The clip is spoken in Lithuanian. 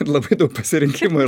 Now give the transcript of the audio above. ir labai daug pasirinkimų ir